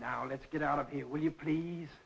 now let's get out of here will you please